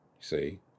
see